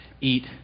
eat